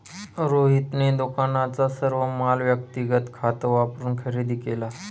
रोहितने दुकानाचा सर्व माल व्यक्तिगत खात वापरून खरेदी केला